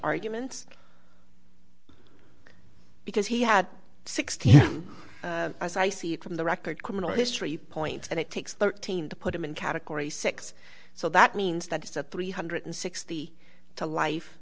arguments because he had sixty as i see it from the record criminal history point and it takes thirteen to put him in category six so that means that it's a three hundred and sixty to life